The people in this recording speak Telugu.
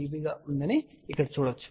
2 dB ఇక్కడ చెప్పవచ్చు